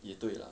也对 lah